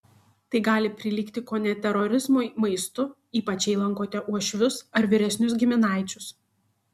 tai gali prilygti kone terorizmui maistu ypač jei lankote uošvius ar vyresnius giminaičius